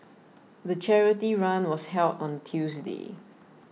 the charity run was held on Tuesday